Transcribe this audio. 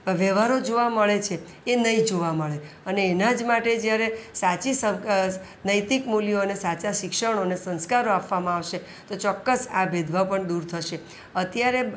વ્યવહારો જોવા મળે છે એ નહીં જોવા મળે અને એના જ માટે જ્યારે સાચી સહ નૈતિક મૂલ્યો અને સાચા શિક્ષણો અને સંસ્કારો આપવામાં આવશે તો ચોક્કસ આ ભેદભાવ પણ દૂર થશે અત્યારે